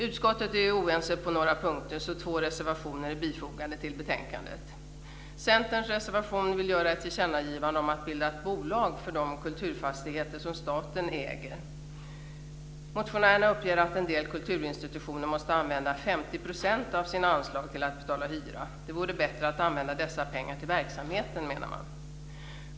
Utskottet är oense på några punkter, därför är två reservationer bifogade betänkandet. Centerns reservation vill göra ett tillkännagivande om att bilda ett bolag för de kulturfastigheter som staten äger. Motionärerna uppger att en del kulturinstitutioner måste använda 50 % av sina anslag till att betala hyra. Det vore bättre att använda dessa pengar till verksamheten, menar man.